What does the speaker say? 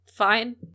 fine